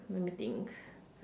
let me think